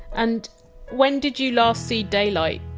and when did you last see daylight?